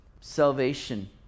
salvation